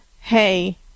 hey